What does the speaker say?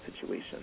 situation